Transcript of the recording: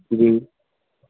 جی